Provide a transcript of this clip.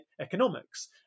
economics